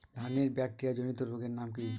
ধানের ব্যাকটেরিয়া জনিত রোগের নাম কি?